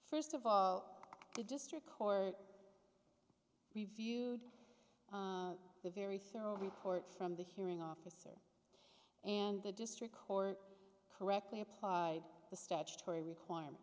first of all district court reviewed the very thorough report from the hearing officer and the district court correctly applied the statutory requirement